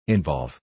Involve